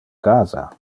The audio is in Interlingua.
casa